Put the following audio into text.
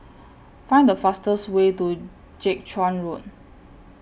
Find The fastest Way to Jiak Chuan Road